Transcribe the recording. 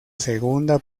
segunda